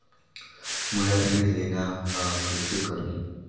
मोला ऋण लेना ह, कइसे करहुँ?